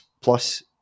plus